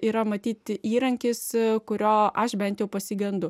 yra matyt įrankis kurio aš bent jau pasigendu